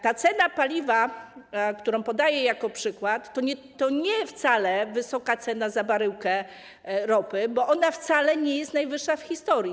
Ta cena paliwa, którą podaję jako przykład, to nie jest wcale wysoka cena za baryłkę ropy, bo ona wcale nie jest najwyższa w historii.